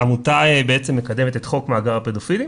העמותה בעצם מקדמת את חוק מאגר הפדופילים.